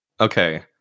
Okay